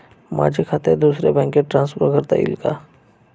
माझे खाते दुसऱ्या बँकेत ट्रान्सफर करता येईल का?